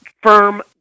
firm